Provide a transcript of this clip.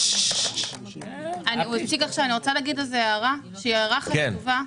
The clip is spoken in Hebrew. ועתה, הערה שהיא חשובה.